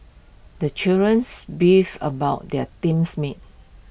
the children's beefed about their teams mates